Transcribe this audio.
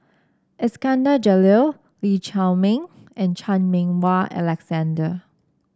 Iskandar Jalil Lee Chiaw Meng and Chan Meng Wah Alexander